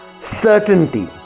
Certainty